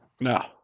No